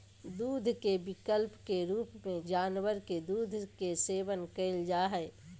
दूध के विकल्प के रूप में जानवर के दूध के सेवन कइल जा हइ